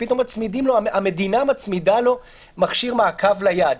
שפתאום המדינה מצמידה לו מכשיר מעקב ליד שלו.